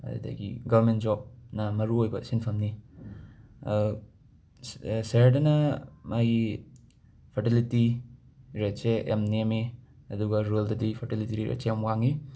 ꯑꯗꯨꯗꯒꯤ government job ꯅ ꯃꯔꯨꯑꯣꯏꯕ ꯁꯤꯟꯐꯝꯅꯤ ꯁ ꯁꯍꯔꯗꯅ ꯃꯥꯒꯤ ꯐꯔꯇꯤꯂꯤꯇꯤ ꯔꯦꯠꯁꯦ ꯌꯥꯝ ꯅꯦꯝꯃꯤ ꯑꯗꯨꯒ ꯔꯨꯔꯦꯜꯗꯗꯤ ꯐꯔꯇꯤꯂꯤꯇꯤ ꯔꯦꯠꯁꯦ ꯌꯥꯝ ꯋꯥꯡꯉꯤ